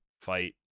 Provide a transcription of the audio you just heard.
fight